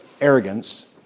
arrogance